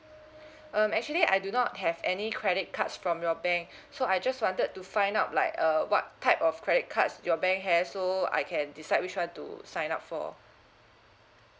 um actually I do not have any credit cards from your bank so I just wanted to find out like uh what type of credit cards your bank has so I can decide which one to sign up for